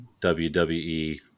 WWE